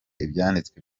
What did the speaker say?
ibyanditswe